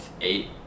eight